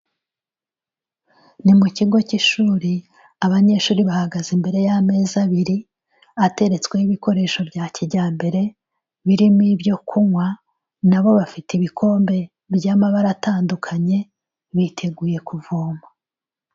Ni mu kigo cy'ishuri abanyeshuri bahagaze imbere y'amezi abiri, ateretsweho ibikoresho bya kijyambere birimo ibyo kunywa nabo bafite ibikombe by'amabara atandukanye biteguye kuvoma.